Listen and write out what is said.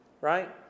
Right